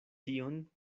tion